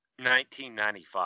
1995